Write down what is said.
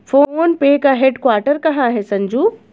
Phone पे का headquarter कहां है संजू?